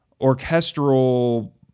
orchestral